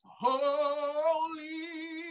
holy